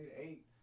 eight